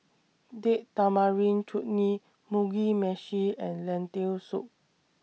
Date Tamarind Chutney Mugi Meshi and Lentil Soup